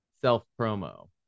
self-promo